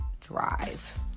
drive